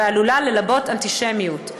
ועלולה ללבות אנטישמיות.